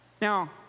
Now